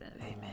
Amen